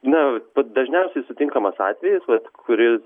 na vat pats dažniausiai sutinkamas atvejis vat kuris